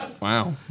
Wow